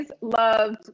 loved